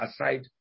aside